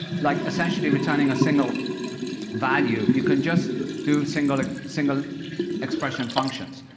like essentially returning a single value, you can just do single single expression functions.